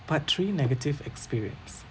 part three negative experience